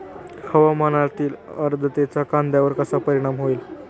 हवामानातील आर्द्रतेचा कांद्यावर कसा परिणाम होईल?